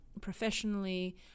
professionally